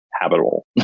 habitable